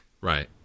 Right